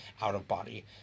out-of-body